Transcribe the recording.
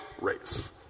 race